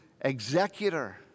executor